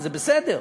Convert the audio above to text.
וזה בסדר,